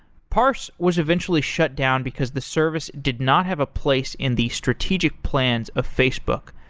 parse was eventually shutdown because the service did not have a place in the strategic plans of facebook.